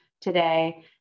today